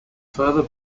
further